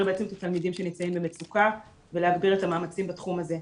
בעצם את התלמידים שנמצאים במצוקה ולהגביר את המאמצים בתחום הזה.